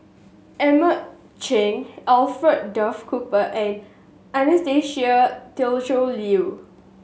Edmund Cheng Alfred Duff Cooper and Anastasia Tjendri Liew